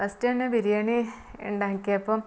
first തന്നെ ബിരിയാണി ഉണ്ടാക്കിയപ്പം